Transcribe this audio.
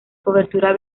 cobertura